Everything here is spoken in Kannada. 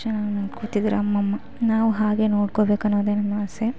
ಚೆನ್ನಾಗಿ ನೋಡ್ಕೊತಿದ್ದೀರ ಅಮ್ಮಮ್ಮ ನಾವು ಹಾಗೆ ನೋಡ್ಕೊಬೇಕು ಅನ್ನೋದೆ ನನ್ನಾಸೆ